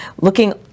looking